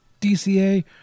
DCA